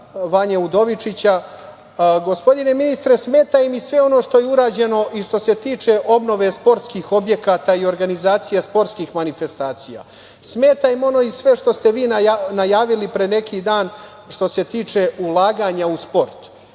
Vanje Udovičića, gospodine ministre, smeta im i sve ono što je urađeno i što se tiče obnove sportskih objekata i organizacije sportskih manifestacija. Smeta im sve ono što ste vi najavili pre neki dan, što se tiče ulaganja u sport.